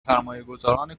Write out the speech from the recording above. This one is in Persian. سرمایهگذاران